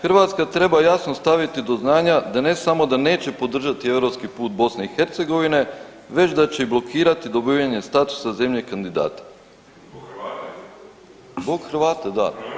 Hrvatska treba jasno staviti do znanja da ne samo da neće podržati europski put BiH već da će i blokirati dobivanje statusa zemlje kandidata. ... [[Upadica se ne čuje.]] Zbog Hrvata, da.